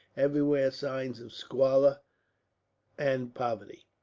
everywhere signs of squalor and poverty.